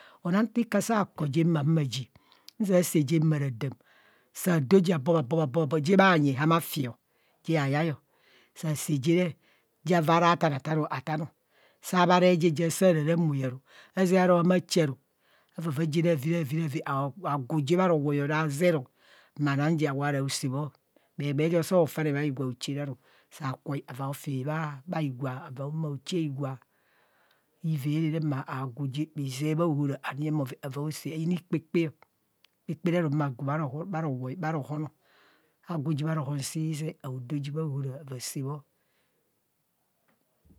Nzia saa je maa radaam, je hayai sa sạạ je re, ja vaa raa taa na taa, ataa no saa bha reb je, ja saa raaramoa aru azaa aro haama chaa je bhaa rovai ra zeroo maa naa je oworo oo caa bho egbee he egbee jo fane bha higwa ochaa re aru saa kwo avaa ofi bhai gwa avaa mao chaa igwa ivere re maa gu ji bhaohora ava aofi bhao ven eyina ikpekpe ikpekpe aru ma gu ji bha rowai bha rohon sii ze ma vaa saa bho.